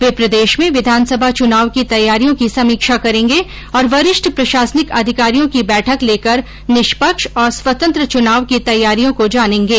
वे प्रदेश में विधानसभा चुनाव की तैयारियों की समीक्षा करेंगे और वरिष्ठ प्रशासनिक अधिकारियों की बैठक लेकर निष्पक्ष और स्वतंत्र चुनाव की तैयारियों को जानेंगे